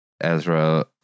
Ezra